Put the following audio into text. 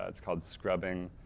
ah it's called scrubbing.